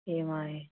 एह् माए